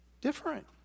different